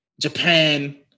Japan